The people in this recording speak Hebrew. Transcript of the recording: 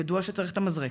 ידוע שצריך את המזרק,